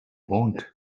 want